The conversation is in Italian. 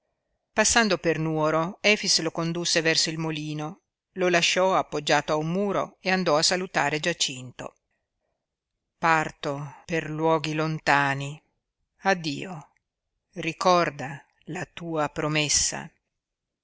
passando per nuoro efix lo condusse verso il molino lo lasciò appoggiato a un muro e andò a salutare giacinto parto per luoghi lontani addio ricorda la tua promessa